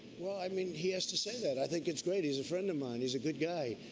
i mean, he has to say that. i think it's great, he's a friend of mine, he's a good guy.